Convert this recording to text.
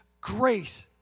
grace